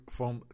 van